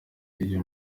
iyo